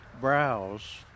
browse